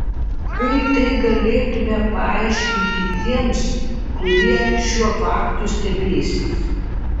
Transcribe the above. kaip tai galėtumei paaiškinti tiems kurie šiuo faktu stebėsis